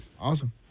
Awesome